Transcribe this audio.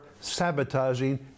sabotaging